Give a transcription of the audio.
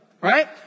right